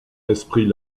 esprit